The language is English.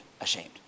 ashamed